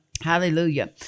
Hallelujah